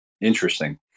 Interesting